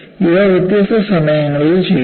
ഇവ വ്യത്യസ്ത സമയങ്ങളിൽ ചെയ്യുന്നു